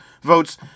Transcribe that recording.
votes